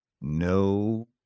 no